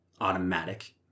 automatic